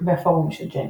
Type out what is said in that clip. והפורומים של ג'נטו.